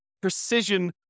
precision